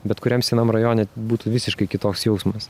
bet kuriam senam rajone būtų visiškai kitoks jausmas